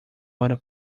hora